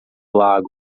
lago